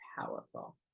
powerful